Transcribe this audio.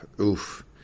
oof